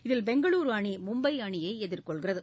இதில் பெங்களுரு அணி மும்பை அணியை எதிர்கொள்கிறது